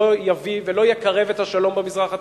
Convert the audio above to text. לא יביא ולא יקרב את השלום במזרח התיכון,